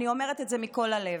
אני אומרת את זה מכל הלב.